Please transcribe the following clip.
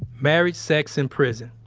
married sex in prison.